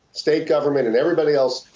state government, and everybody else,